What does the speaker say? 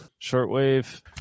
shortwave